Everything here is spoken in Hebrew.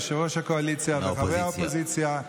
יושב-ראש הקואליציה וחברי האופוזיציה,